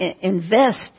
invest